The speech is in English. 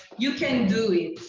you can do it.